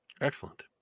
Excellent